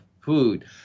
food